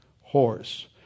horse